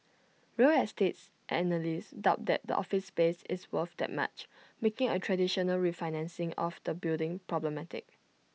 real estates analysts doubt that the office space is worth that much making A traditional refinancing of the building problematic